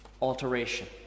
alteration